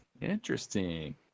Interesting